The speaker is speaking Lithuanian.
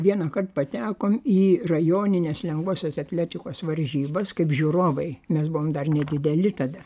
vienąkart patekom į rajoninės lengvosios atletikos varžybas kaip žiūrovai mes buvom dar nedideli tada